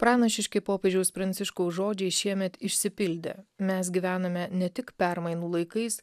pranašiški popiežiaus pranciškaus žodžiai šiemet išsipildė mes gyvename ne tik permainų laikais